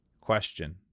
Question